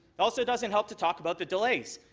but also doesn't help to talk about the delays.